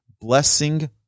Blessing